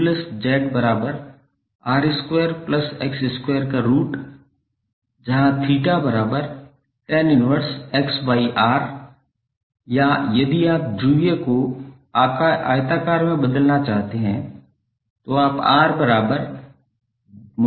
√𝑅2𝑋2 जहाँ 𝜃tan−1𝑋𝑅 या यदि आप ध्रुवीय को आयताकार में बदलना चाहते हैं तो आप 𝑅